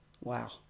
Wow